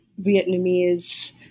Vietnamese